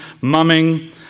mumming